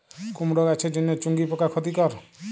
কুমড়ো গাছের জন্য চুঙ্গি পোকা ক্ষতিকর?